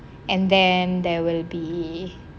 and then there will be